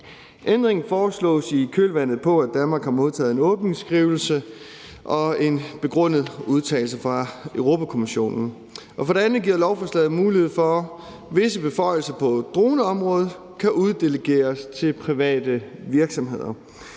Ændringen foreslås i kølvandet på, at Danmark har modtaget en åbningsskrivelse og en begrundet udtalelse fra Europa-Kommissionen. For det andet giver lovforslaget mulighed for, at visse beføjelser på droneområdet kan uddelegeres til private virksomheder.